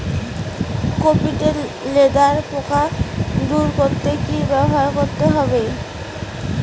Copy তে লেদা পোকা দূর করতে কি ব্যবহার করতে হবে?